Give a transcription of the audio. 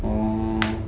oh